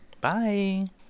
Bye